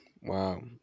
wow